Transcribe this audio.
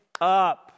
up